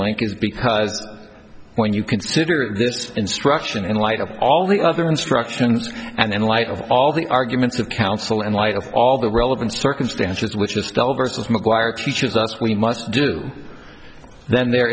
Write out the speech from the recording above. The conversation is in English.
link is because when you consider this instruction in light of all the other instruction and in light of all the arguments of counsel in light of all the relevant circumstances which is still versus mcguire teaches us we must do then there